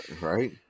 Right